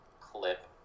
clip